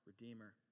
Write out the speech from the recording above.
Redeemer